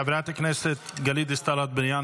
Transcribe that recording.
חברת הכנסת גלית דיסטל אטבריאן,